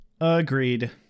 Agreed